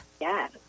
Yes